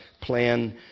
plan